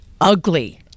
ugly